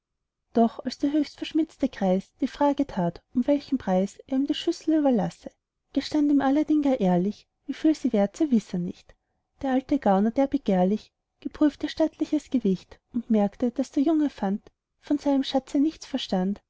doch als der höchst verschmitzte greis die frage tat um welchen preis er ihm die schüssel überlasse gestand ihm aladdin gar ehrlich wieviel sie wert sei wiss er nicht der alte gauner der begehrlich geprüft ihr stattliches gewicht und merkte daß der junge fant von seinem schatze nichts verstand